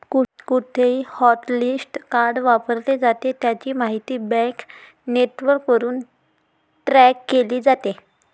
कुठेही hotlist card वापरले जाते, त्याची माहिती बँक नेटवर्कवरून ट्रॅक केली जाते